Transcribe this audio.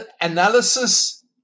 analysis